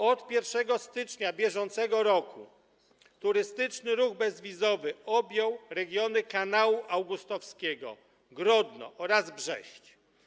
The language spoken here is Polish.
Od 1 stycznia br. turystyczny ruch bezwizowy objął regiony Kanału Augustowskiego, Grodno oraz Brześć.